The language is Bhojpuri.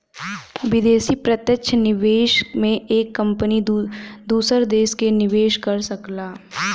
विदेशी प्रत्यक्ष निवेश में एक कंपनी दूसर देस में निवेस कर सकला